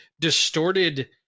distorted